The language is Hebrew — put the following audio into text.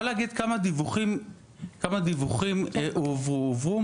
לגבי חסר ישע אני יכול להגיד כמה דיווחים הועברו.